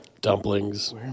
Dumplings